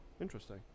interesting